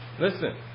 Listen